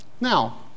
Now